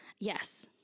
Yes